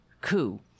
coup